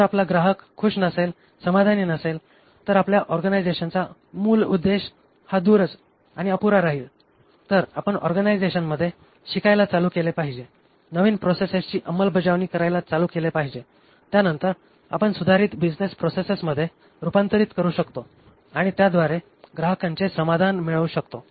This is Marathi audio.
जर आपला ग्राहक खुश नसेल समाधानी नसेल तर आपल्या ऑर्गनायझेशनचा मुल उद्देश हा दूरच आणि अपुरा राहील तर आपण ऑर्गनायझेशनमध्ये शिकायला चालू केले पाहिजे नवीन प्रोसेसेसची अंमलबजावणी करायला चालू केले पाहिजे त्यानंतर आपण सुधारित बिझनेस प्रोसेसेसमध्ये रुपांतरीत करू शकतो आणि त्याद्वारे ग्राहकांचे समाधान मिळवू शकतो